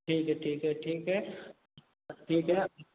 ठीक है ठीक है ठीक है ठीक है